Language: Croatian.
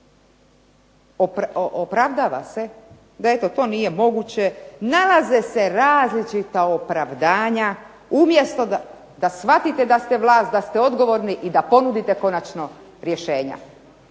opravdava se da to nije moguće, nalaze se različita opravdanja, umjesto da shvatite da ste vlast da ste odgovorni i da ponudite konačno rješenja.